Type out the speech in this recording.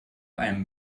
einem